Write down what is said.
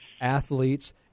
athletes